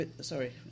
Sorry